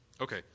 Okay